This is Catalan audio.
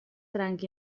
franc